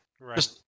Right